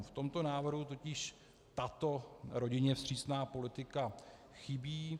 V tomto návrhu totiž tato rodině vstřícná politika chybí.